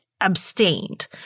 abstained